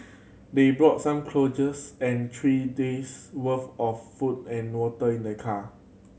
they brought some and three days' worth of food and water in their car